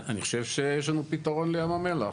אני חושב שיש לנו פתרון לים המלח.